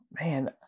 man